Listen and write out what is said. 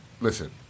listen